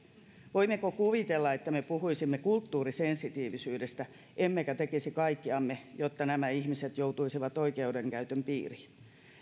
voimmeko kuvitella että me puhuisimme kulttuurisensitiivisyydestä emmekä tekisi kaikkeamme jotta nämä ihmiset joutuisivat oikeudenkäytön piiriin